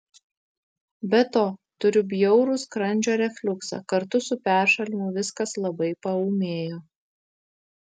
be to turiu bjaurų skrandžio refliuksą kartu su peršalimu viskas labai paūmėjo